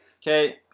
Okay